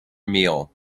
meal